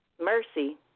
Mercy